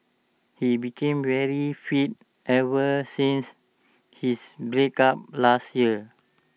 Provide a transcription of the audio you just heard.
he became very fit ever since his breakup last year